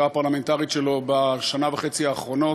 הפרלמנטרית שלו בשנה וחצי האחרונות.